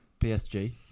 PSG